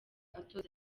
atoza